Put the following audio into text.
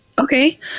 Okay